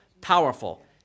powerful